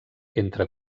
entre